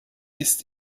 ist